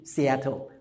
Seattle